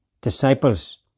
disciples